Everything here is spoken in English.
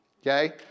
okay